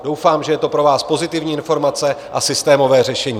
Doufám, že je to pro vás pozitivní informace a systémové řešení.